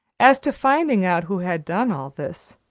as to finding out who had done all this,